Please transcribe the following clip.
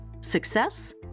Success